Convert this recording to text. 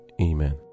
amen